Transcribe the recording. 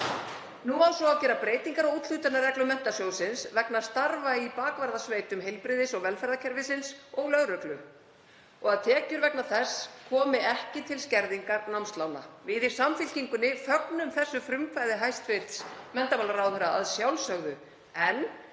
Nú á svo að gera breytingar á úthlutunarreglum Menntasjóðs vegna starfa í bakvarðasveitum heilbrigðis- og velferðarkerfisins og lögreglu og að tekjur vegna þeirra komi ekki til skerðingar námslána. Við í Samfylkingunni fögnum þessu frumkvæði hæstv. menntamálaráðherra að sjálfsögðu, en